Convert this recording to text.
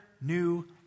new